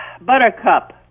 buttercup